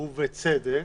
ובצדק.